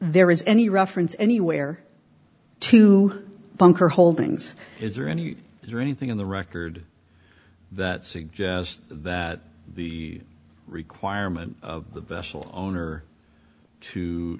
re is any reference anywhere to bunker holdings is there any is there anything in the record that suggests that the requirement of the vessel owner to